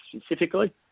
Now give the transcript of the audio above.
specifically